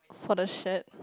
for the shirt